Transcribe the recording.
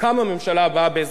וימונה שר תקשורת,